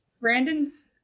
Brandon's